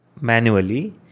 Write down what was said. manually